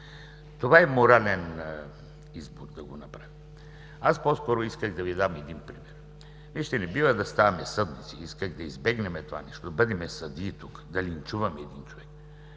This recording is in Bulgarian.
Това е морален избор да го направи. Аз по-скоро исках да Ви дам един пример. Не бива да ставаме съдници. Исках да избегнем това нещо, да бъдем съдии тук, да линчуваме един човек.